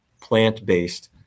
plant-based